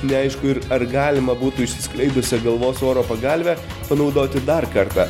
neaišku ir ar galima būtų išsiskleidusią galvos oro pagalvę panaudoti dar kartą